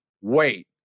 wait